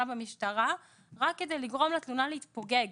במשטרה רק על מנת לגרום לתלונה להתפוגג,